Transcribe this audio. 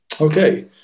okay